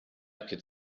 could